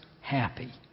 happy